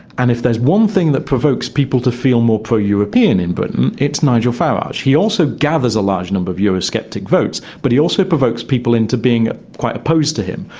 and if there's one thing that provokes people to feel more pro-european in britain, it's nigel farage. he also gathers a large number of eurosceptic votes but he also provokes people into being quite opposed to him.